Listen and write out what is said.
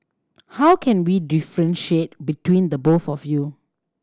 how can we differentiate between the both of you